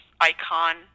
icon